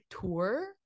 tour